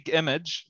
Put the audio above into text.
image